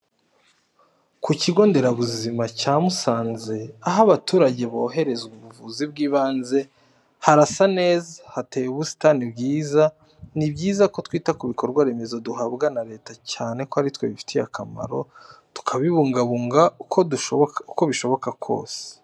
Ku kigo ndera buzima cya Musanze, aho abaturage bahererwa ubuvuzi bw'ibanze. Harasa neza hateye ubusitani bwiza, ni byiza ko twita ku bikorwa remezo duhabwa na Leta cyane ko ari twe bifitiye akamaro, tukabibungabunga uko bishoboka kose.